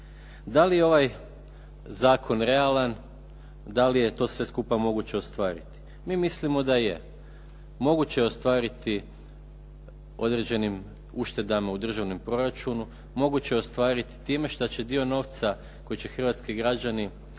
Da li je ovaj zakon realan, da li je to sve skupa moguće ostvariti? Mi mislimo da je. Moguće je ostvariti određenim uštedama u državnom proračunu, moguće je ostvariti time što će dio novca koji će hrvatski građani